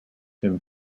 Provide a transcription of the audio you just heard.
him